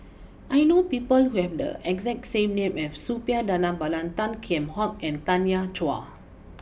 I know people who have the exact name as Suppiah Dhanabalan Tan Kheam Hock and Tanya Chua